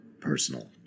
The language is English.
Personal